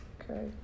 okay